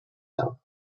out